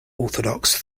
orthodox